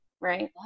right